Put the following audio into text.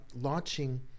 launching